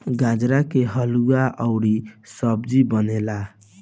गाजर के हलुआ अउरी सब्जी बनेला